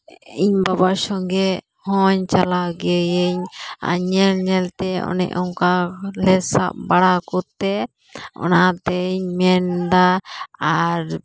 ᱤᱧ ᱵᱟᱵᱟ ᱥᱚᱸᱜᱮ ᱦᱚᱧ ᱪᱟᱞᱟᱣ ᱜᱤᱭᱟᱹᱧ ᱟᱨ ᱧᱮᱞ ᱧᱮᱞ ᱛᱮ ᱚᱱᱮ ᱚᱝᱠᱟ ᱞᱮ ᱥᱟᱵ ᱵᱟᱲᱟ ᱠᱚᱛᱮ ᱚᱱᱟᱛᱮᱧ ᱢᱮᱱᱫᱟ ᱟᱨ